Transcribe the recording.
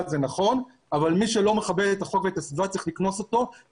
וצריך למצוא את המודל המתאים גם בפחים שלנו,